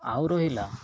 ଆଉ ରହିଲା